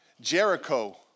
Jericho